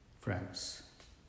friends